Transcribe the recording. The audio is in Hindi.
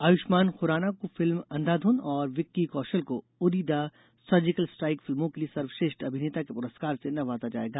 आयुष्मान खुराना को फिल्मत अंधाधुन और विक्की कौशल को उडीःद सर्जिकल स्ट्राइक फिल्मो के लिए सर्वश्रेष्ठ अभिनेता के पुरस्कार से नवाजा जाएगा